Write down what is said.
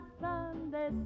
Sunday